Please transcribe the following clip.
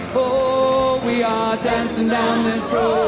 oh we are dancing down this road,